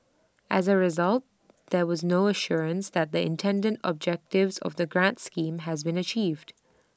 as A result there was no assurance that the intended objectives of the grant schemes has been achieved